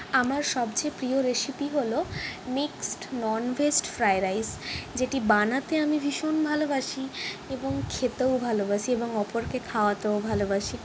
আমার সবচেয়ে প্রিয় রেসিপি হল mixed non veg fried rice যেটি বানাতে আমি ভীষণ ভালোবাসি এবং খেতেও ভালোবাসি এবং অপরকে খাওয়াতেও ভালোবাসি